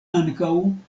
ankaŭ